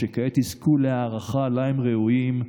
כעת יזכו להערכה שהם ראויים לה.